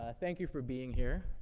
ah thank you for being here.